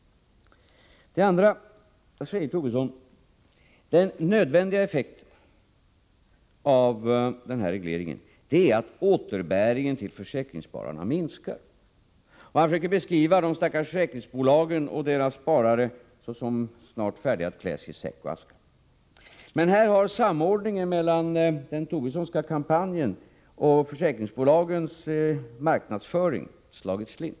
Den nödvändiga effekten av den här regleringen, säger Tobisson, är att återbäringen till försäkringsspararna minskar. Han försöker beskriva de stackars försäkringsbolagen och deras sparare som snart färdiga att kläs i säck och aska. Men därvidlag har samordningen mellan den Tobissonska kampanjen och försäkringsbolagens marknadsföring slagit slint.